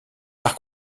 par